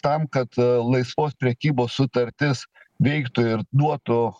tam kad laisvos prekybos sutartis veiktų ir duotų